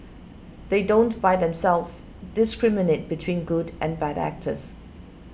they don't by themselves discriminate between good and bad actors